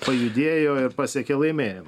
pajudėjo ir pasiekė laimėjimų